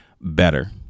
better